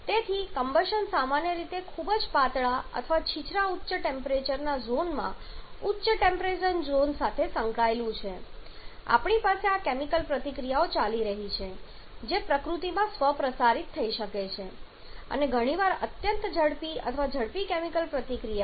તેથી કમ્બશન સામાન્ય રીતે ખૂબ જ પાતળા અથવા છીછરા ઉચ્ચ ટેમ્પરેચરના ઝોનમાં ઉચ્ચ ટેમ્પરેચર ઝોન સાથે સંકળાયેલું હોય છે આપણી પાસે આ કેમિકલ પ્રતિક્રિયા ચાલી રહી છે જે પ્રકૃતિમાં સ્વ પ્રસારિત થઈ શકે છે અને ઘણી વખત અત્યંત ઝડપી અથવા ઝડપી કેમિકલ પ્રતિક્રિયા છે